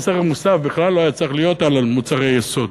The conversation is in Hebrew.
מס ערך מוסף בכלל לא היה צריך להיות על מוצרי יסוד.